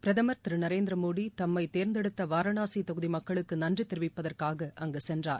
பிரதமர் திரு நரேந்திரமோடி தம்மை தேர்ந்தெடுத்த வாரணாசி தொகுதி மக்களுக்கு நன்றி தெரிவிப்பதற்காக அங்கு சென்றார்